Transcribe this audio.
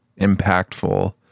impactful